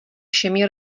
všemi